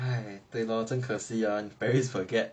哎对 lor 真可惜 ah paris baguette